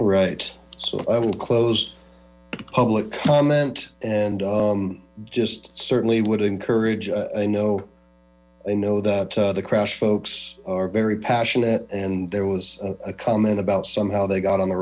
right so i will close public comment and just certainly would encourage i know i know that the crash folks are very passionate and there was a comment about somehow they got on the